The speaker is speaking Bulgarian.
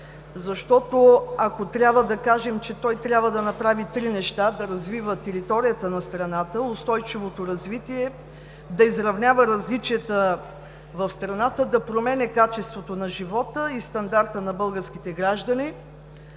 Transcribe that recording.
защото, ако трябва да кажем, че той трябва да направи три неща: да развива територията на страната – устойчивото развитие, да изравнява различията в страната, да променя качеството на живота и стандарта на българските граждани.